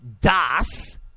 Das